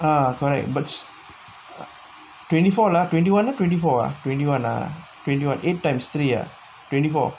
ah correct twenty four lah twenty one twenty four twenty one ah eight times three ah twenty four